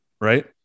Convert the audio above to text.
Right